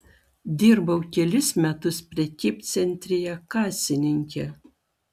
dirbau kelis metus prekybcentryje kasininke